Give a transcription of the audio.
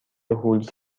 هولز